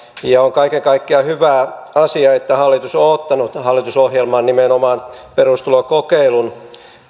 ja on kaiken kaikkiaan hyvä asia että hallitus on ottanut hallitusohjelmaan nimenomaan perustulokokeilun